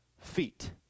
feet